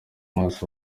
maso